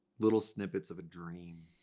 little snippets of a dream.